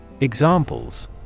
Examples